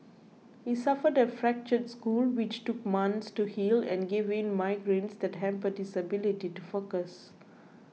he suffered a fractured skull which took months to heal and gave him migraines that hampered his ability to focus